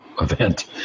event